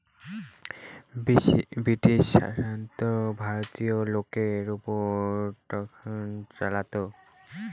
British সাম্রাজ্য ভারতীয় লোকের ওপর ট্যাক্স চাপাতো